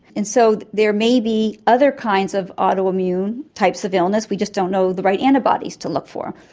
and so there may be other kinds of autoimmune types of illness, we just don't know the right antibodies to look for.